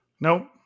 Nope